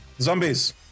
Zombies